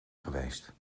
geweest